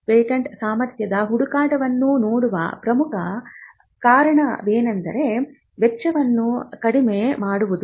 patent ಸಾಮರ್ಥ್ಯದ ಹುಡುಕಾಟವನ್ನು ಮಾಡುವ ಪ್ರಮುಖ ಕಾರಣವೆಂದರೆ ವೆಚ್ಚವನ್ನು ಕಡಿಮೆ ಮಾಡುವುದು